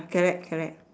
correct correct